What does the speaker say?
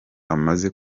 amaze